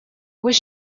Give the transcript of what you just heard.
was